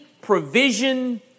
provision